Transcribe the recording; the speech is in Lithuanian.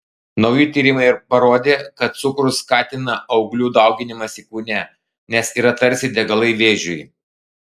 nauji tyrimai parodė kad cukrus skatina auglių dauginimąsi kūne nes yra tarsi degalai vėžiui